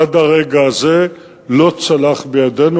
עד הרגע הזה לא צלח בידנו.